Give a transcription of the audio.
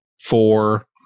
four